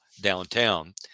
downtown